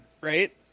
Right